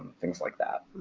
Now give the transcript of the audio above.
things like that.